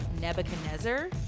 Nebuchadnezzar